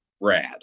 rad